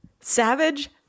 Savage